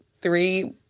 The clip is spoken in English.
three